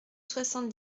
soixante